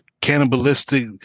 cannibalistic